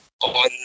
on